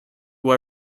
who